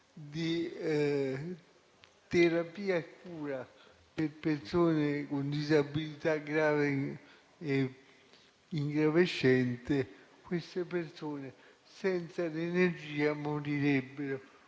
di terapia e cura per persone con disabilità grave e ingravescente, queste persone, senza l'energia, continueranno